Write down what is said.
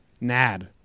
NAD